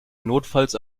notfalls